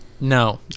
No